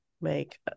make